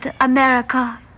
America